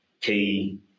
key